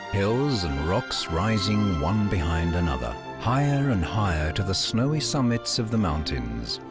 hills and rocks rising one behind another, higher and higher to the snowy summits of the mountains.